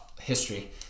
history